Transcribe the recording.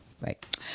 Right